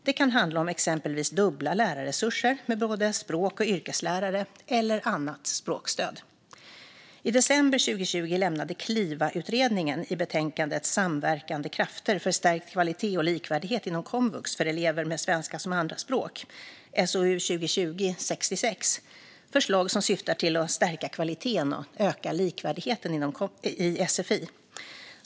Det kan handla om exempelvis dubbla lärarresurser med både språk och yrkeslärare eller annat språkstöd. I december 2020 lämnade Klivautredningen i betänkandet Samverkande krafter - för stärkt kvalitet och likvärdighet inom komvux för elever med svenska som andraspråk förslag som syftar till att stärka kvaliteten och öka likvärdigheten i sfi.